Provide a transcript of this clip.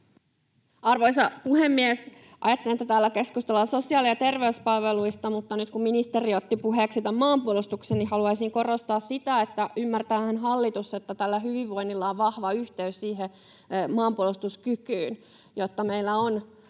Arvoisa puhemies! Ajattelin, että täällä keskustellaan sosiaali- ja terveyspalveluista, mutta nyt kun ministeri otti puheeksi tämän maanpuolustuksen, niin haluaisin korostaa sitä, että ymmärtäähän hallitus, että tällä hyvinvoinnilla on vahva yhteys maanpuolustuskykyyn, jotta meillä on